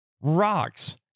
rocks